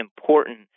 important